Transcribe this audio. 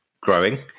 growing